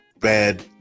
bad